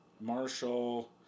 Marshall